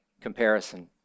comparison